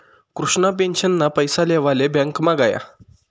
कृष्णा पेंशनना पैसा लेवाले ब्यांकमा गया